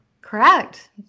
Correct